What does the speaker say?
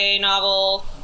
novel